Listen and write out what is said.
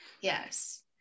yes